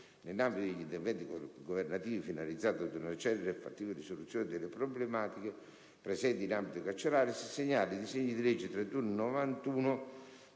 Nell'ambito degli interventi governativi finalizzati ad una celere e fattiva risoluzione delle problematiche presenti in ambito carcerario, si segnala il disegno di legge n.